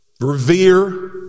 Revere